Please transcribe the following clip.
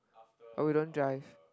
oh we don't drive